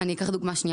אני אקח דוגמה.